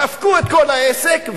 דפקו את כל העסק,